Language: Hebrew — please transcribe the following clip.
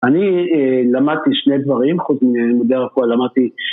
אני למדתי שני דברים, לגבי הכל למדתי